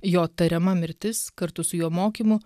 jo tariama mirtis kartu su jo mokymu